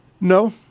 No